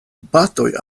batoj